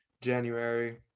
January